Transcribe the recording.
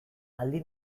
aldi